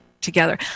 together